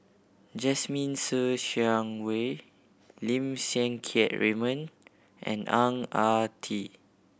Jasmine Ser Xiang Wei Lim Siang Keat Raymond and Ang Ah Tee